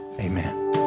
amen